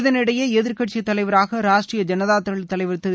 இதனிடையே எதிர்கட்சித் தலைவராக ராஷ்ட்ரிய ஜனதா தள் தலைவர் திரு